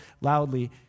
loudly